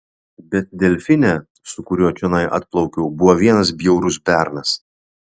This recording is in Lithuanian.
bet delfine su kuriuo čionai atplaukiau buvo vienas bjaurus bernas